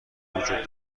وجود